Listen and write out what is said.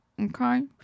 okay